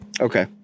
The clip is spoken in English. Okay